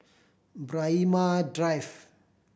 Braemar Drive